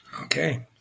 Okay